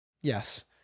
yes